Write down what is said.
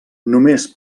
només